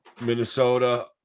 Minnesota